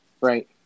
Right